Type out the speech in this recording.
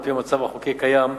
על-פי המצב החוקי הקיים,